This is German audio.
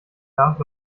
nach